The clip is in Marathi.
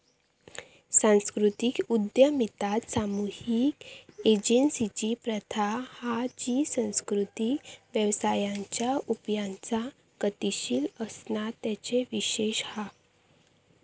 सांस्कृतिक उद्यमिता सामुहिक एजेंसिंची प्रथा हा जी सांस्कृतिक व्यवसायांच्या उपायांचा गतीशील असणा तेचो विशेष हा